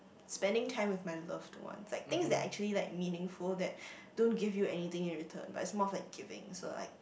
spending time with my loved ones like things that are actually like meaningful that don't give you anything in return but it's more of like giving so like